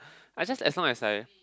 I just as long as I